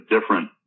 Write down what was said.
different